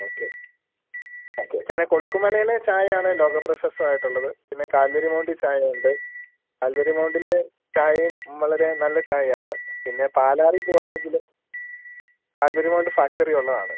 okay okay പിന്നെ കൊളുക്കുമലയിലെ ചായയാണ് ലോക പ്രശസ്തമായിട്ടുള്ളത് പിന്നെ കാൽവരി മൗണ്ടിൽ ചായ ഉണ്ട് കാൽവരി മൗണ്ടിലെ ചായയും വളരെ നല്ല ചായയാണ് പിന്നെ പാലാറിൽ പോവുവാണെങ്കിൽ കാൽവരി മൗണ്ട് ഫാക്ടറി ഉള്ളതാണ്